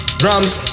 drums